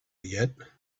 yet